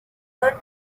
bud